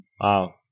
wow